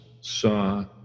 saw